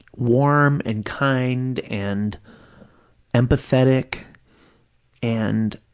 warm and kind and empathetic and